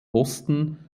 osten